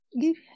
give